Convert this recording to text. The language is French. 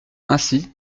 ainsi